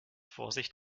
vorsicht